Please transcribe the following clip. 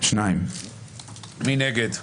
8 נגד,